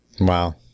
Wow